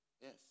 Yes